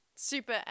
super